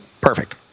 Perfect